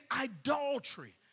idolatry